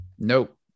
Nope